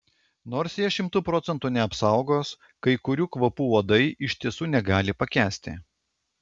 nors jie šimtu procentų neapsaugos kai kurių kvapų uodai iš tiesų negali pakęsti